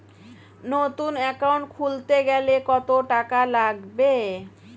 নতুন একাউন্ট খুলতে গেলে কত টাকা লাগবে?